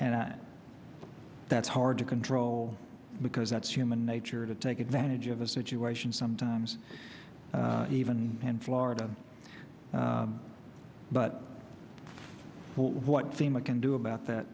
and that's hard to control because that's human nature to take advantage of a situation sometimes even in florida but what sima can do about that